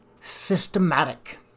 systematic